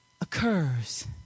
occurs